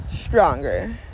stronger